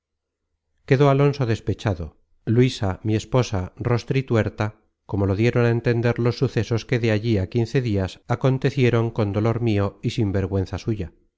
quedó alonso despechado luisa mi esposa rostrituerta como lo dieron a entender los sucesos que de allí á quince dias acontecieron con dolor mio y sin vergüenza suya